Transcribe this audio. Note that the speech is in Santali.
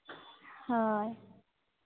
ᱦᱳᱭ